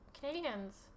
Canadians